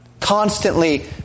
Constantly